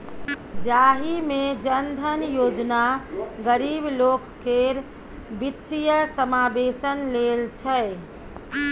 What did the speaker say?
जाहि मे जन धन योजना गरीब लोक केर बित्तीय समाबेशन लेल छै